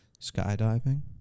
Skydiving